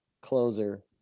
closer